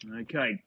okay